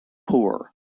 poor